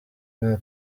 nta